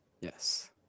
Yes